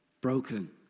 broken